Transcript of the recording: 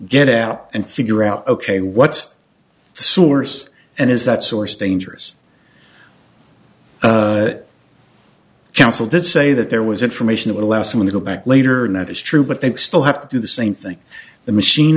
get out and figure out ok what's the source and is that source dangerous counsel did say that there was information that allows you to go back later and that is true but they still have to do the same thing the machine